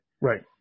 Right